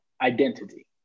identity